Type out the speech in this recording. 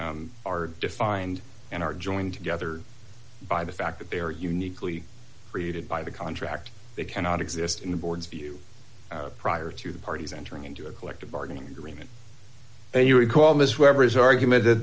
years are defined and are joined together by the fact that they are uniquely created by the contract they cannot exist in the board's view prior to the parties entering into a collective bargaining agreement and you recall this whatever his argument that